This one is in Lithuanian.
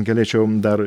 galėčiau dar